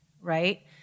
right